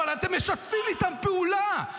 אבל אתם משתפים פעולה,